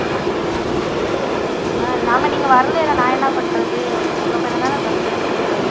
அப்படியா ஆம் நாம் நீங்கள் வரலல நான் என்ன பண்ணுறது உங்கள் மேலே தான் தப்பு இருக்கும்